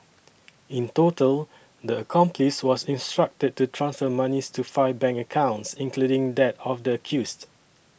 in total the accomplice was instructed to transfer monies to five bank accounts including that of the accused